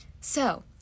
So